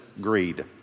Greed